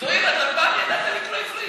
זוהיר, פעם ידעת לקרוא עברית.